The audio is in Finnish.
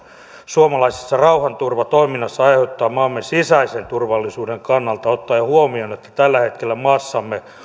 suomalaisessa rauhanturvatoiminnassa aiheuttaa maamme sisäisen turvallisuuden kannalta ottaen huomioon että tällä hetkellä maassamme